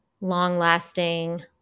long-lasting